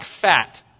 fat